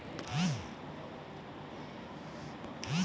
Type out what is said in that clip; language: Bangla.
ভেড়া বা শিপ এক ধরনের পোষ্য প্রাণী যেটা প্রধানত পাহাড়ি এলাকায় হয়